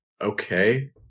okay